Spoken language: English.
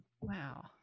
Wow